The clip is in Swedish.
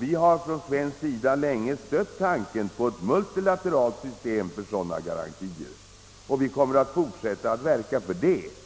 Vi har från svensk sida länge stött tanken på ett multilateralt system för sådana garantier och vi kommer att fortsätta att verka för det.